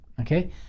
okay